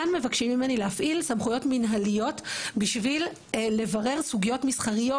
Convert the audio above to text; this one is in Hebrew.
כאן מבקשים ממני להפעיל סמכויות מנהליות בשביל לברר סוגיות מסחריות.